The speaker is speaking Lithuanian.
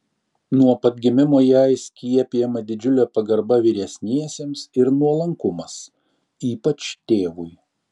nuo pat gimimo jai skiepijama didžiulė pagarba vyresniesiems ir nuolankumas ypač tėvui